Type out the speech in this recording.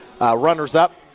runners-up